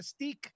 Mystique